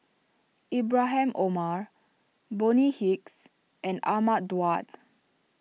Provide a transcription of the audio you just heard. Ibrahim Omar Bonny Hicks and Ahmad Daud